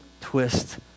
twist